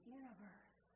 universe